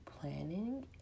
planning